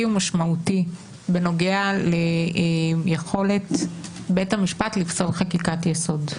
ומשמעותי בנוגע ליכולת בית המשפט לפסול חקיקת יסוד.